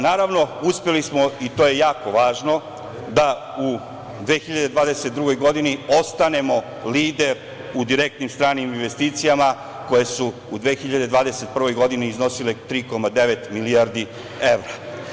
Naravno, uspeli smo, i to je jako važno, da u 2022. godini ostanemo lider u direktnim stranim investicijama koje su u 2021. godini iznosile 3,9 milijarde evra.